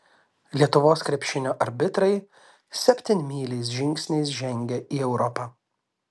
lietuvos krepšinio arbitrai septynmyliais žingsniais žengia į europą